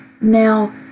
Now